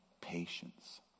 patience